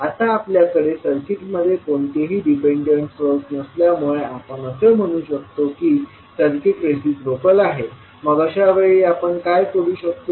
आता आपल्याकडे सर्किटमध्ये कोणतेही डिपेंडंट सोर्स नसल्यामुळे आपण असे म्हणू शकतो की सर्किट रिसिप्रोकल आहे मग अशा वेळी आपण काय करू शकतो